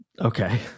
okay